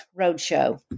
Roadshow